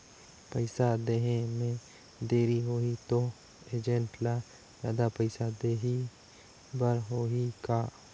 पइसा देहे मे देरी होही तो एजेंट ला जादा पइसा देही बर होही का?